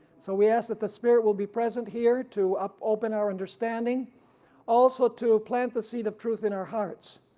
so we ask that the spirit will be present here to open our understanding also to plant the seed of truth in our hearts.